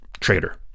Traitor